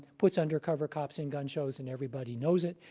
puts undercover cops in gun shows and everybody knows it.